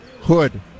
Hood